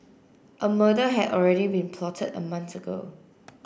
a murder had already been plotted a month ago